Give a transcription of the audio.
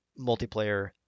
multiplayer